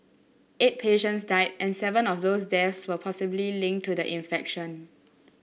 eight patients died and seven of those deaths were possibly linked to the infection